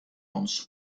ons